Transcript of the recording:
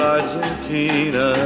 Argentina